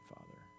Father